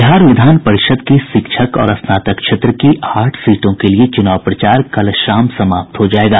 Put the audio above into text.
बिहार विधान परिषद् की शिक्षक और स्नातक क्षेत्र की आठ सीटों के लिए चुनाव प्रचार कल शाम समाप्त हो जायेगा